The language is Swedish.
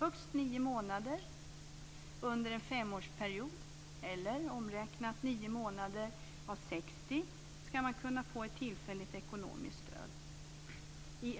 Högst nio månader under en femårsperiod eller, omräknat, nio månader av 60 ska man kunna få ett tillfälligt ekonomiskt stöd.